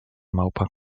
małpa